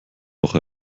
noch